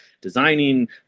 designing